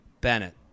Bennett